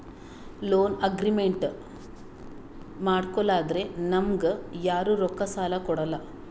loan agreement ಮಾಡ್ಕೊಲಾರ್ದೆ ನಮ್ಗ್ ಯಾರು ರೊಕ್ಕಾ ಸಾಲ ಕೊಡಲ್ಲ